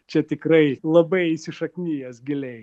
čia tikrai labai įsišaknijęs giliai